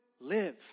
live